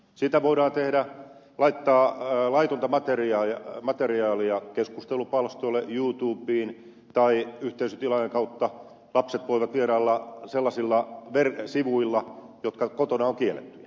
sitä voidaan tehdä laittaa laitonta materiaalia keskustelupalstoille tai youtubeen tai yhteisötilaajan kautta lapset voivat vierailla sellaisilla sivuilla jotka kotona ovat kiellettyjä